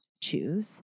choose